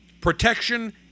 protection